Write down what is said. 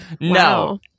No